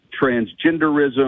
transgenderism